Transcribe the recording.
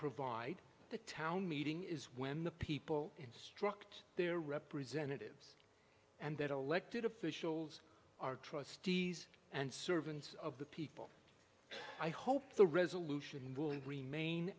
provide the town meeting is when the people instruct their representatives and that elected officials are trustees and servants of the people i hope the resolution will remain